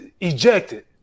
ejected